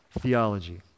theology